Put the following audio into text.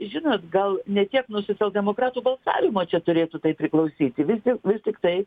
žinot gal ne tiek nuo socialdemokratų balsavimo čia turėtų taip priklausyti visgi tiktai